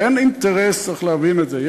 אין אינטרס, צריך להבין את זה.